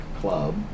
club